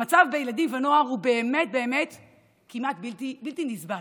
המצב בילדים ונוער הוא באמת כמעט בלתי נסבל.